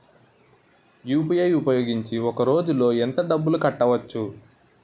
UPI ఉపయోగించి ఒక రోజులో ఎంత డబ్బులు కట్టవచ్చు?